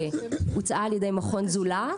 שהוצעה על ידי מכון זולת.